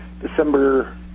December